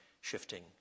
shifting